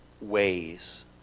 ways